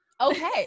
okay